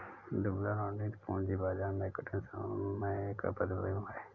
दुबला रणनीति पूंजी बाजार में कठिन समय का प्रतिबिंब है